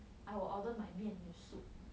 I will order my 面 with soup